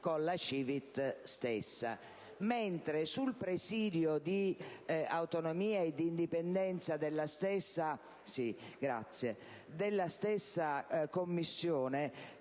con la CiVIT stessa. Sul presidio di autonomia e di indipendenza della stessa Commissione